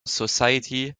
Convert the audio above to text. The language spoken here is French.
society